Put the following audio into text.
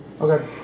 Okay